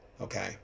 okay